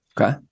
okay